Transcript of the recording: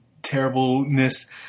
Terribleness